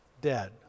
dead